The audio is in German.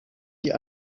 die